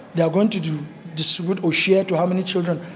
they are going to distribute or share to how many children?